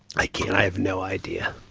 i can't, i have no idea.